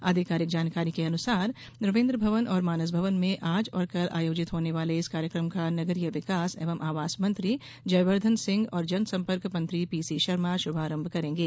आधिकारिक जानकारी के अनुसार रविन्द्र भवन और मानस भवन में आज और कल आयोजित होने वाले इस कार्यक्रम का नगरीय विकास एवं आवास मंत्री जयवर्द्वन सिंह और जनसंपर्क मंत्री पीसी शर्मा शुभारंभ करेंगे